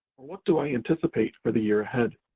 or what do i anticipate for the year ahead?